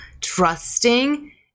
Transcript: trusting